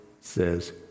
says